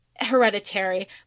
hereditary